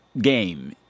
game